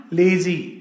lazy